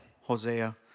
Hosea